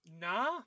nah